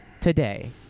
today